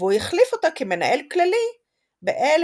והוא החליף אותה כמנהל כללי ב-1989,